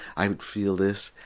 i would feel this.